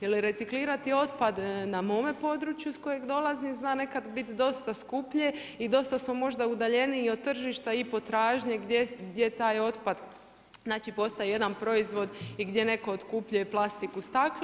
Jel reciklirati otpad na mome području s kojeg dolazim zna nekad biti dosta skuplje i dosta smo možda udaljeniji od tržišta i potražnje gdje taj otpad postaje jedan proizvod i gdje netko otkupljuje plastiku, staklo.